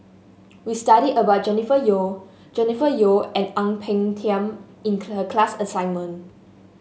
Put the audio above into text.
we studied about Jennifer Yeo Jennifer Yeo and Ang Peng Tiam in the class assignment